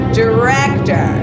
director